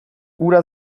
hura